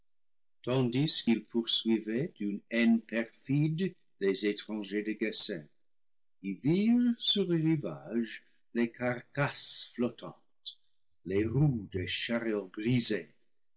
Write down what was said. tandis qu'ils poursuivaient d'une haine perfide les étrangers de gessen qui virent sur le rivage les carcasses flottantes les roues des chariots brisés